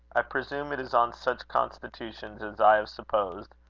i presume it is on such constitutions as i have supposed,